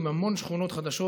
עם המון שכונות חדשות,